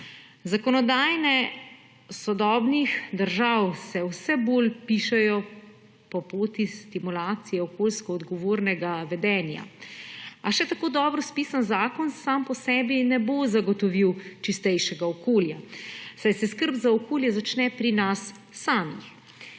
Zakonodaje sodobnih držav se vse bolj pišejo po poti stimulacije okoljsko odgovornega vedenja, a še tako dobro spisan zakon sam po sebi ne bo zagotovil čistejšega okolja, saj se skrb za okolje začne pri nas samih.